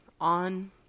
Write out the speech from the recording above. on